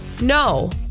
No